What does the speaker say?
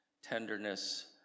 Tenderness